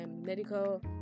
medical